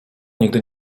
nigdy